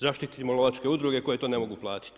Zaštitimo lovačke udruge koje to ne mogu platiti.